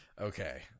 Okay